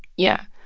yeah.